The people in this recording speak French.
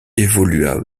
évolua